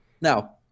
Now